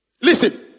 Listen